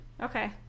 Okay